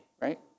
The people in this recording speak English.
right